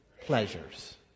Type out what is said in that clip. pleasures